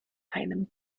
einem